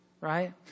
right